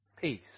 peace